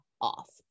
off